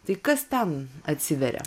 tai kas ten atsiveria